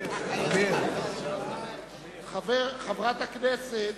חברת הכנסת